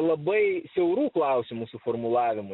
labai siaurų klausimų suformulavimu